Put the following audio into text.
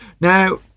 Now